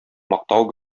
мактау